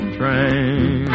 train